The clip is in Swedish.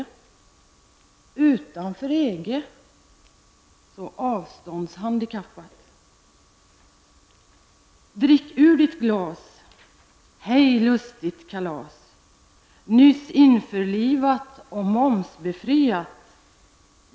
Utanför EG? Så avståndshandikappat!